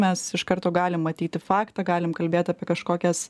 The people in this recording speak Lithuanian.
mes iš karto galim matyti faktą galim kalbėt apie kažkokias